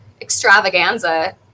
extravaganza